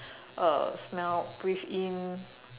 uh smell breathe in